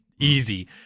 Easy